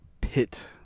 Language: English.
pit